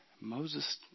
Moses